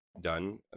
done